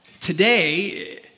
Today